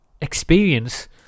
experience